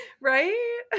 right